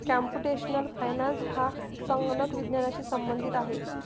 computational finance हा संगणक विज्ञानाशी संबंधित आहे